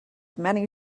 many